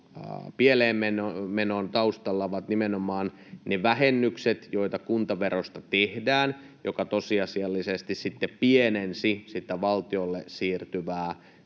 pieleenmenon taustalla ovat nimenomaan ne vähennykset, joita kuntaverosta tehdään, jotka tosiasiallisesti sitten pienensivät sitä valtiolle siirtyvää